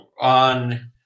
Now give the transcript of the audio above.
on